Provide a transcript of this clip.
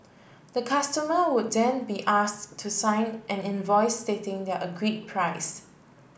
the customer would then be asked to sign an invoice stating the agreed price